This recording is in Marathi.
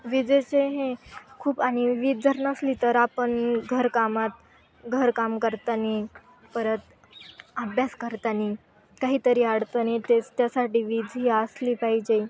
विजेचे हे खूप आणि वीज जर नसली तर आपण घरकामात घरकाम करताना परत अभ्यास करताना काहीतरी अडचण येतेच त्यासाठी वीज ही असली पाहिजे